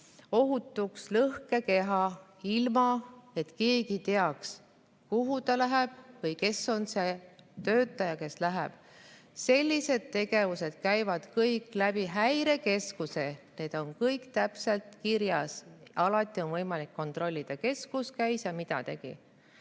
ohutuks lõhkekeha, ilma et keegi teaks, kuhu ta läheb või kes on see töötaja, kes sinna läheb. Sellised tegevused käivad kõik Häirekeskuse kaudu, see on kõik täpselt kirjas. Alati on võimalik kontrollida, kes kus käis ja mida tegi.